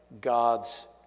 God's